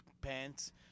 pants